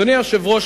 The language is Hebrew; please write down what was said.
אדוני היושב-ראש,